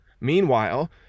Meanwhile